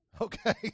Okay